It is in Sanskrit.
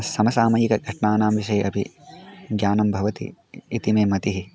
समसामयिकघटनानां विषये अपि ज्ञानं भवति इति मे मतिः